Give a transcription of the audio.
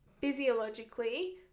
physiologically